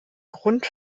grund